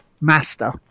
Master